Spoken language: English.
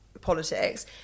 politics